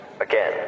Again